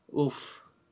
Oof